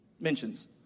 mentions